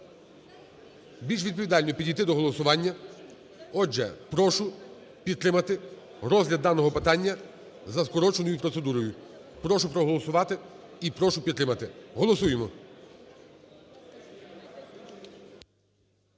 більш відповідально підійти до голосування. Отже, прошу підтримати розгляд даного питання за скороченою процедурою. Прошу проголосувати і прошу підтримати, голосуємо.